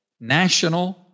national